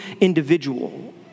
individual